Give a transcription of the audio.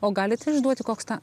o galit išduoti koks ta